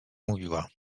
mówiła